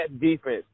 defense